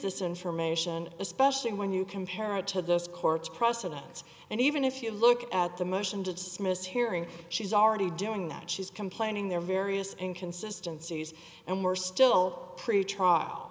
this information especially when you compare it to this court's precedents and even if you look at the motion to dismiss hearing she's already doing that she's complaining there are various and consistencies and we're still pretrial